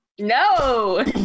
No